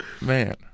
Man